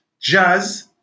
jazz